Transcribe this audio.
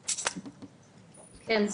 כן,